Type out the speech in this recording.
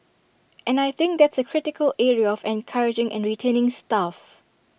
and I think that's A critical area of encouraging and retaining staff